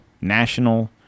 national